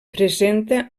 presenta